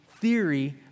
theory